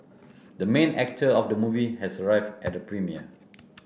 the main actor of the movie has arrived at the premiere